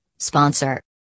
Sponsor